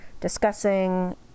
discussing